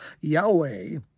Yahweh